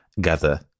gather